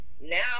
now